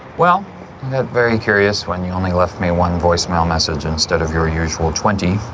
well, i'm very curious when you only left me one voicemail message instead of your usual twenty